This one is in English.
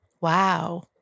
wow